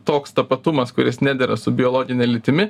toks tapatumas kuris nedera su biologine lytimi